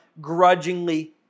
grudgingly